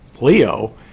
leo